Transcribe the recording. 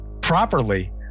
properly